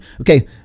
Okay